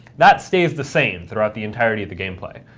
that stays the same throughout the entirety of the gameplay.